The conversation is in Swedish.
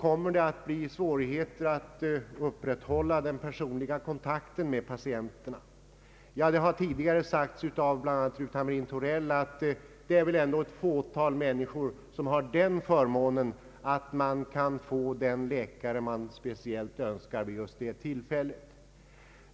kommer det att bli svårigheter att upprätthålla den personliga kontakten med patienterna. Det har tidigare sagts av bl.a. fru Hamrin Thorell att det väl ändå är ett fåtal människor som har förmånen att kunna få den läkare de speciellt önskar.